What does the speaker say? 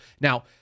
Now